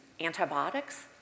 antibiotics